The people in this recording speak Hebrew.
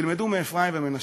תלמדו מאפרים ומנשה.